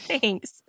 Thanks